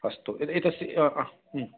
अस्तु एत एतस्य आ